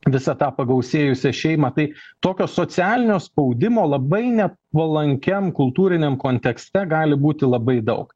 visą tą pagausėjusią šeimą tai tokio socialinio spaudimo labai ne nuolankiam kultūriniam kontekste gali būti labai daug